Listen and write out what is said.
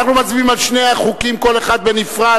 אנו מצביעים על שני החוקים, כל אחד בנפרד.